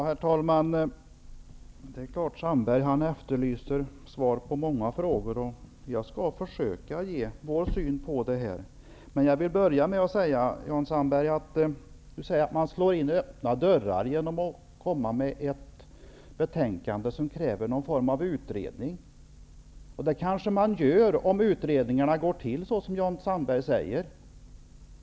Herr talman! Sandberg efterlyser svar på många frågor, och jag skall försöka att redovisa vår syn på detta. Jan Sandberg säger att vi slår in öppna dörrar med vårt krav på en utredning. Så är kanske fallet om utredningarna går till på det sätt som Jan Sandberg beskriver.